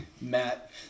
Matt